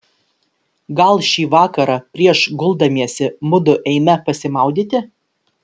gal šį vakarą prieš guldamiesi mudu eime pasimaudyti